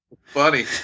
Funny